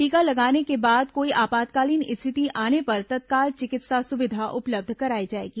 टीका लगाने के बाद कोई आपातकालीन स्थिति आने पर तत्काल चिकित्सा सुविधा उपलब्ध कराई जाएगी